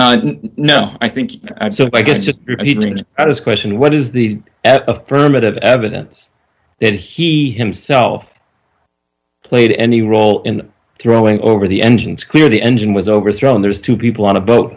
a no i think so i get to this question what is the at affirmative evidence that he himself played any role in throwing over the engines clear the engine was overthrown there's two people on a boat